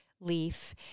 leaf